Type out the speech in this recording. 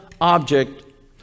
object